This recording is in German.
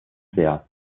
sehr